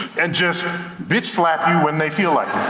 and just, bitch slap you when they feel like